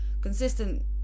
consistent